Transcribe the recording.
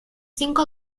cinco